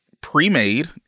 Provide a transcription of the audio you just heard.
pre-made